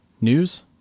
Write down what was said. News